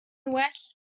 well